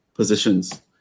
Positions